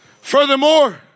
Furthermore